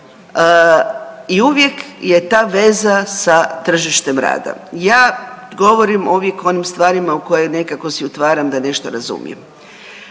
i uvijek je ta veza sa tržištem rada. Ja govorim uvijek o onim stvarima o koje nekako si otvaram da nešto razumijem.